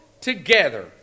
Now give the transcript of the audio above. together